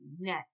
net